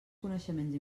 coneixements